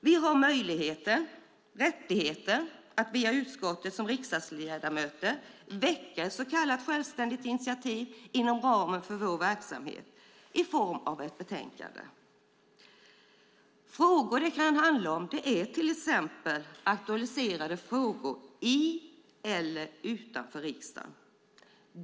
Vi har möjligheten, rättigheten, att som riksdagsledamöter via utskottet ta ett så kallat självständigt initiativ inom ramen för vår verksamhet i form av ett betänkande. Det kan handla om aktuella frågor i eller utanför riksdagen.